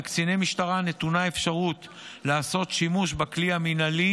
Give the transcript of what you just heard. לקציני משטרה נתונה האפשרות לעשות שימוש בכלי המינהלי